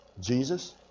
Jesus